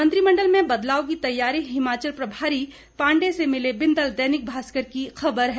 मंत्रिमण्डल में बदलाव की तैयारी हिमाचल प्रभारी पांडे से मिले बिंदल दैनिक भास्कर की खबर है